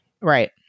Right